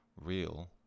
real